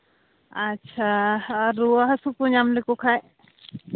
ᱟᱪᱪᱷᱟ ᱟᱨ ᱨᱩᱣᱟᱹ ᱦᱟᱹᱥᱩ ᱠᱚ ᱧᱟᱢ ᱞᱮᱠᱚ ᱠᱷᱟᱱ